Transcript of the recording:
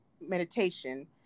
meditation